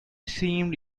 seemed